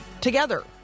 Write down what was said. together